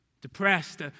depressed